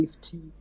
safety